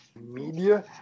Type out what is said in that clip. media